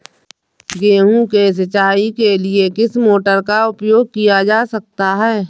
गेहूँ सिंचाई के लिए किस मोटर का उपयोग किया जा सकता है?